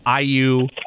IU